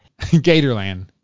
Gatorland